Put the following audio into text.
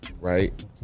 Right